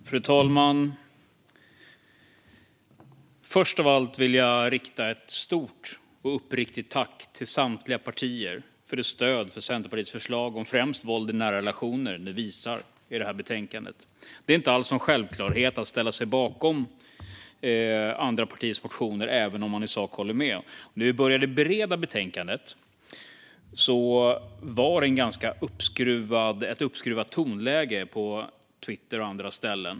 Fru talman! Först av allt vill jag rikta ett stort och uppriktigt tack till samtliga partier för det stöd ni visar för Centerpartiets förslag om främst våld i nära relationer i detta betänkande. Det är inte alls någon självklarhet att ställa sig bakom andra partiers motioner även om man i sak håller med. Och när vi började bereda betänkandet var tonläget uppskruvat på Twitter och andra ställen.